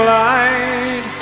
light